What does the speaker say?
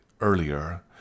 earlier